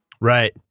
Right